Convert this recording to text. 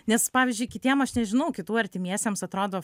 nes pavyzdžiui kitiem aš nežinau kitų artimiesiems atrodo